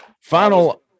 Final